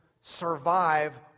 survive